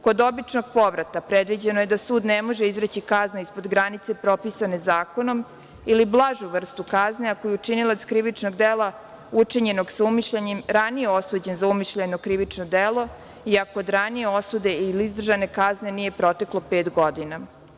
Kod običnog povrata predviđeno je da sud ne može izreći kaznu ispod granice propisane zakonom ili blažu vrstu kazne ako je učinilac krivičnog dela učinjenog sa umišljajem ranije osuđen za umišljajno krivično delo i ako od ranije osude ili izdržane kazne nije proteklo pet godina.